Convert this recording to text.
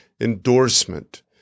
endorsement